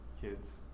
kids